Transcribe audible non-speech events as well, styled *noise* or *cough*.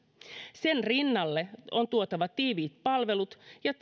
sen rinnalle on tuotava tiiviit palvelut ja *unintelligible*